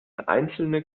einzelne